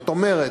זאת אומרת,